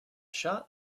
shot